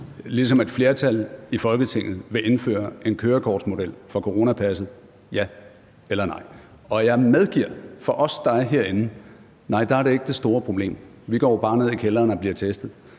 ligesom et flertal i Folketinget, vil indføre en kørekortmodel for coronapasset: Ja eller nej? Jeg medgiver, at for os, der er herinde, er det ikke det store problem. Vi går jo bare ned i kælderen og bliver testet.